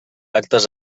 actes